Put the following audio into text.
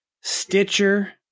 stitcher